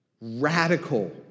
Radical